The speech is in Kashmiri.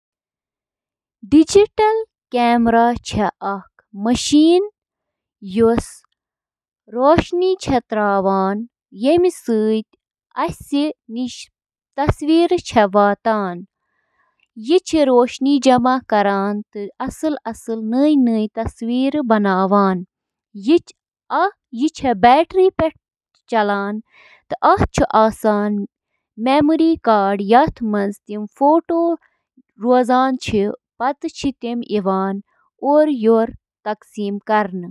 اکھ ڈیجیٹل کیمرا، یتھ ڈیجیکم تہِ ونان چھِ، چھُ اکھ کیمرا یُس ڈیجیٹل میموری منٛز فوٹو رٹان چھُ۔ ایمِچ کٲم چِھ کُنہِ چیزٕ یا موضوع پیٹھہٕ لائٹ ایکہِ یا زیادٕہ لینزٕ کہِ ذریعہِ کیمراہس منز گزران۔ لینس چھِ گاشَس کیمراہَس منٛز ذخیرٕ کرنہٕ آمٕژ فلمہِ پٮ۪ٹھ توجہ دِوان۔